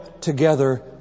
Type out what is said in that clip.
together